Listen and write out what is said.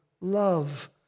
love